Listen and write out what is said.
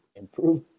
improve